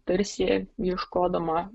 tarsi ieškodama